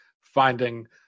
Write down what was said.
finding